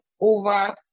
over